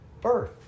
Birth